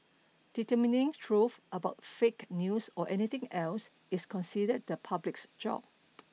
determining truth about fake news or anything else is considered the public's job